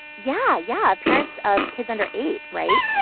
yeah, yeah. parents of kids under eight, right?